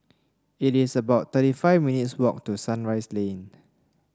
it is about thirty five minutes' walk to Sunrise Lane